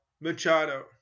Machado